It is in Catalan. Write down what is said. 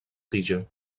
tija